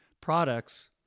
products